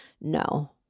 no